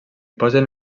posen